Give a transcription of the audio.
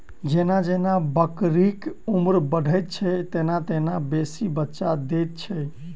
जेना जेना बकरीक उम्र बढ़ैत छै, तेना तेना बेसी बच्चा दैत छै